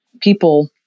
people